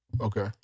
Okay